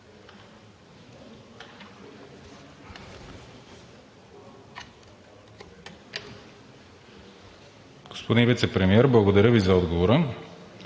Господин Вицепремиер, благодаря Ви за отговора.